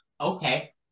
Okay